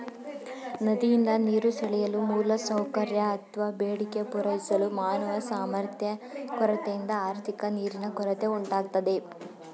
ನದಿಯಿಂದ ನೀರು ಸೆಳೆಯಲು ಮೂಲಸೌಕರ್ಯ ಅತ್ವ ಬೇಡಿಕೆ ಪೂರೈಸಲು ಮಾನವ ಸಾಮರ್ಥ್ಯ ಕೊರತೆಯಿಂದ ಆರ್ಥಿಕ ನೀರಿನ ಕೊರತೆ ಉಂಟಾಗ್ತದೆ